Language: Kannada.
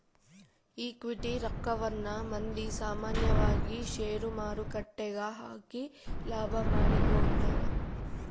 ಈಕ್ವಿಟಿ ರಕ್ಕವನ್ನ ಮಂದಿ ಸಾಮಾನ್ಯವಾಗಿ ಷೇರುಮಾರುಕಟ್ಟೆಗ ಹಾಕಿ ಲಾಭ ಮಾಡಿಕೊಂತರ